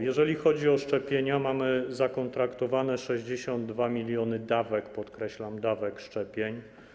Jeżeli chodzi o szczepienia, mamy zakontraktowane 62 mln dawek, podkreślam, dawek szczepień.